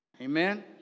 Amen